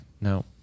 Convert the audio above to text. No